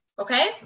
Okay